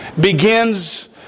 begins